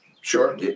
sure